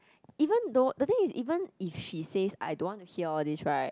even though the thing is even if she says I don't want to hear all these right